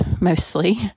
Mostly